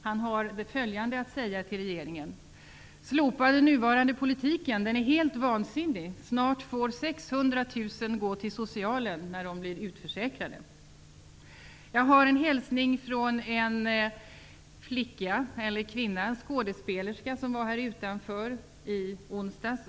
Han har följande att säga till regeringen: Slopa den nuvarande politiken! Den är helt vansinnig. Snart får 600 000 gå till Socialen när de blir utförsäkrade. Jag har också en hälsning från en skådespelerska, som demonstrerade här utanför i onsdags.